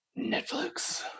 Netflix